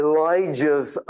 Elijah's